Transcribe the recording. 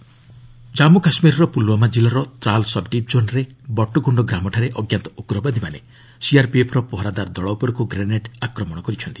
JK grenade attack Jammu କାଶ୍ମୀରର ପୁଲୁୱାମା ଜିଲ୍ଲାର ତ୍ରାଲ୍ ସବ୍ଡିଭିଜନ୍ରେ ବଟଗୁଣ୍ଡ ଗ୍ରାମଠାରେ ଅଞ୍ଜାତ ଉଗ୍ରବାଦୀମାନେ ସିଆର୍ପିଏଫ୍ ପହରାଦାର ଦକ ଉପରକୁ ଗ୍ରେନେଡ୍ ଆକ୍ରମଣ କରିଛନ୍ତି